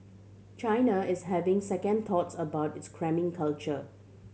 China is having second thoughts about its cramming culture